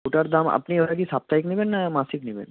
ওটার দাম আপনি ওটা কি সাপ্তাহিক নিবেন না মাসিক নিবেন